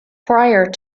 prior